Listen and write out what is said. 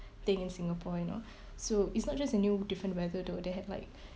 thing in Singapore you know so it's not just a new different weather though they have like